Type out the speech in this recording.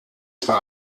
zwar